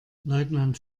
leutnant